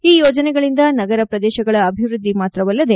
ಈ ಯೋಜನೆಗಳಿಂದ ನಗರ ಪ್ರದೇಶಗಳ ಅಭಿವೃದ್ದಿ ಮಾತ್ರವಲ್ಲದೆ